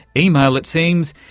email, it seems,